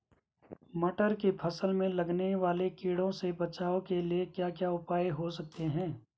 मटर की फसल में लगने वाले कीड़ों से बचाव के क्या क्या उपाय हो सकते हैं?